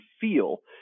feel